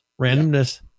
randomness